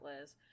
liz